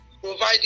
providing